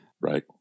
Right